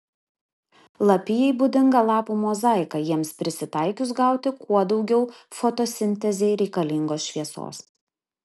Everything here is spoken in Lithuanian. lapijai būdinga lapų mozaika jiems prisitaikius gauti kuo daugiau fotosintezei reikalingos šviesos